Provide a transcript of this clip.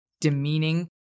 demeaning